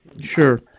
sure